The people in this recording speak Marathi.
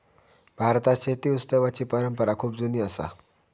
भारतात शेती उत्सवाची परंपरा खूप जुनी असा